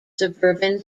suburban